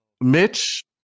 Mitch